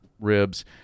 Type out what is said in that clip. ribs